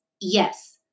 Yes